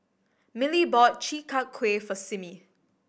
Millie bought Chi Kak Kuih for Simmie